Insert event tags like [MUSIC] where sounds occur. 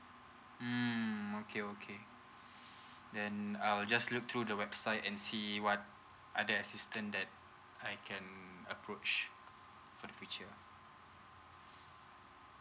mm okay okay [BREATH] then I'll just look through the website and see what are the assistant that I can approach for the future